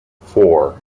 four